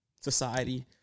society